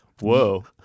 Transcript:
Whoa